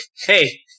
Hey